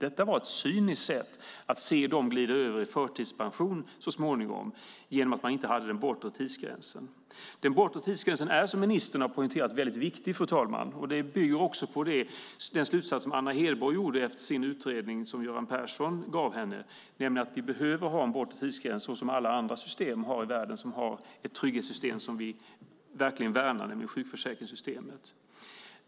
Detta var ett cyniskt sätt att så småningom se dem glida över i förtidspension genom att det inte fanns en bortre tidsgräns. Precis som ministern poängterar är den bortre tidsgränsen viktig, fru talman. Den bygger på den slutsats som Anna Hedborg drog i den utredning som Göran Persson gav henne i uppdrag att göra, nämligen att det behövs en bortre tidsgräns, precis som alla andra i världen som värnar ett trygghetssystem har - ett sjukförsäkringssystem.